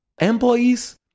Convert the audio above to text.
employees